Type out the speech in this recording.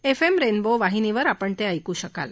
FM rainbow वाहिनीवर आपण ते ऐकू शकाल